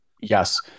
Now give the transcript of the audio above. yes